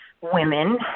women